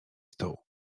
stół